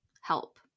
help